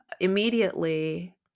immediately